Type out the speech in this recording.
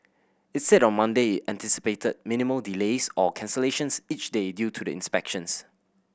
it said on Monday it anticipated minimal delays or cancellations each day due to the inspections